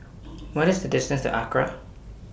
What IS The distance to Acra